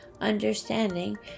understanding